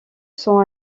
sont